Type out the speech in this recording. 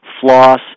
floss